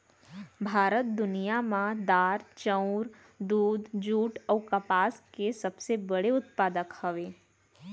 भारत दुनिया मा दार, चाउर, दूध, जुट अऊ कपास के सबसे बड़े उत्पादक हवे